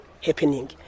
happening